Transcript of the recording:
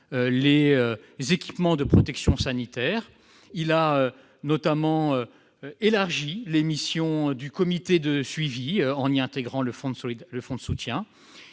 les équipements de protection sanitaire, élargi les missions du comité de suivi en y intégrant le fonds de soutien